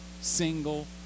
single